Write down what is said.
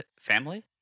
family